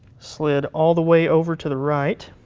slid all the way over to the right.